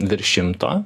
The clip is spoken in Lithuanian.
virš šimto